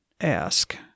ask